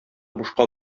бушка